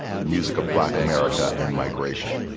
the music of black america and migration,